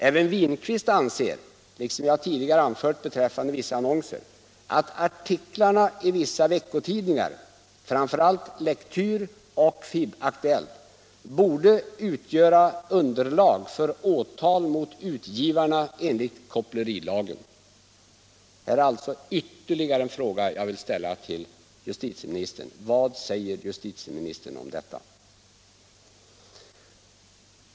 Även Winqvist anser, liksom jag tidigare anfört beträffande vissa annonser, att artiklarna i vissa veckotidningar —- framför allt Lektyr och FIB-Aktuellt — borde utgöra underlag för åtal mot utgivarna enligt kopplerilagen. Här vill jag ställa ytterligare en fråga: Vad säger justitieministern om detta?